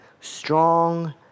strong